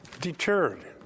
deterred